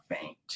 faint